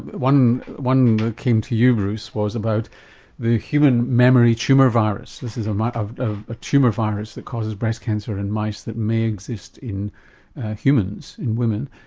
one one that came to you bruce was about the human mammary tumour virus this is um ah ah a ah tumour virus that causes breast cancer in mice that may exist in humans, in women.